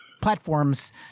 platforms